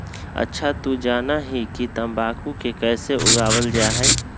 अच्छा तू जाना हीं कि तंबाकू के कैसे उगावल जा हई?